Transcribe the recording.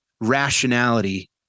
rationality